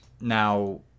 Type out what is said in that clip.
now